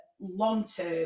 long-term